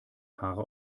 haare